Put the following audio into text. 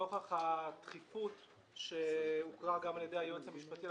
נוכח הדחיפות שהוקרא גם על ידי היועץ המשפטי לממשלה,